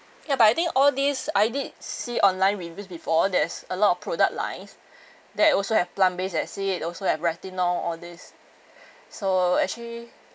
ya but I think all these I did see online reviews before there's a lot of product lines that also have plum based acid also have retinol all these so actually